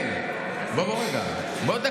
חברת הכנסת מירב בן